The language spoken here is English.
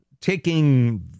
taking